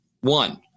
One